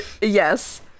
Yes